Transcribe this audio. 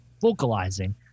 vocalizing